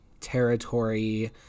territory